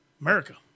America